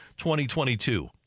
2022